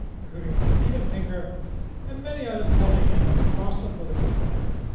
including steven pinker and many other pollyanas across the political spectrum,